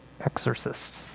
exorcists